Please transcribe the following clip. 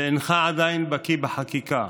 ועדיין אינך בקי בחקיקה,